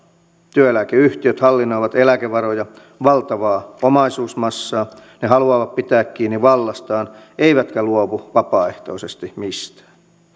työeläkeyhtiöt hallinnoivat eläkevaroja valtavaa omaisuusmassaa ne haluavat pitää kiinni vallastaan eivätkä luovu vapaaehtoisesti mistään